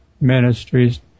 ministries